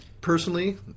Personally